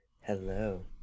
hello